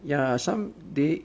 ya some they